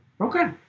Okay